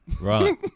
Right